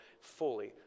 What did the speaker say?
fully